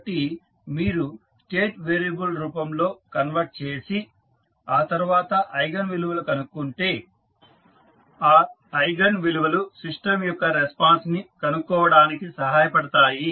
కాబట్టి మీరు state variable రూపంలోకి కన్వర్ట్ చేసి ఆ తర్వాత ఐగన్ విలువలను కనుక్కుంటే ఆ ఐగన్ విలువలు సిస్టం యొక్క రెస్పాన్స్ ని కనుక్కోవడానికి సహాయ పడతాయి